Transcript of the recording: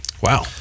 Wow